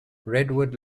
redwood